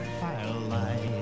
firelight